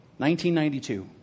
1992